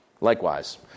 Likewise